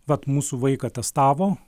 vat mūsų vaiką testavo